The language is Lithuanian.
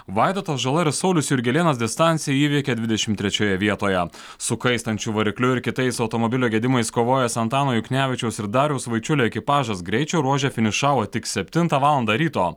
vaidotas žala ir saulius jurgelėnas distanciją įveikė dvidešim trečioje vietoje su kaistančiu varikliu ir kitais automobilio gedimais kovojęs antano juknevičiaus ir dariaus vaičiulio ekipažas greičio ruože finišavo tik septintą valandą ryto